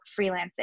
freelancing